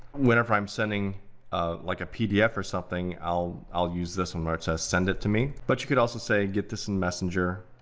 whenever i'm sending a like pdf or something, i'll i'll use this one where it says, send it to me, but you could also say, get this in messenger.